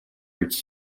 its